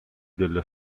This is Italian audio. della